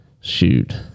shoot